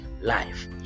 life